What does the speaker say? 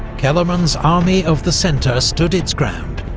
kellermann's army of the centre stood its ground,